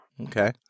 Okay